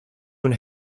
una